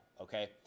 okay